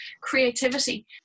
creativity